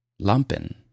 Lumpen